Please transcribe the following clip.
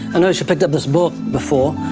and notice you picked up this book before.